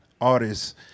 artists